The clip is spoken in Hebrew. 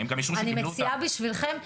אני מציעה בשבילכם,